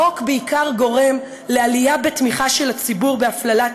החוק בעיקר גורם לעלייה בתמיכה של הציבור בהפללת